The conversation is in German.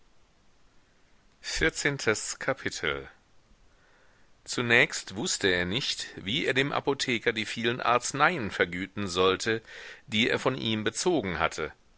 vierzehntes kapitel zunächst wußte er nicht wie er dem apotheker die vielen arzneien vergüten sollte die er von ihm bezogen hatte